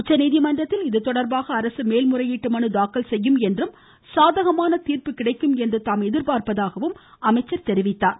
உச்சநீதிமன்றத்தில் இதுதொடர்பாக அரசு மேல் முறையீட்டு மனு தாக்கல் செய்யும் என்றும் சாதகமான தீர்ப்பு கிடைக்கும் என்று தாம் எதிர்பார்ப்பதாகவும் குறிப்பிட்டார்